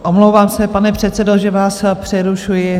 Omlouvám se, pane předsedo, že vás přerušuji.